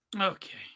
Okay